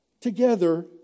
together